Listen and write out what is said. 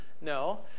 No